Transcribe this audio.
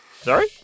Sorry